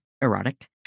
erotic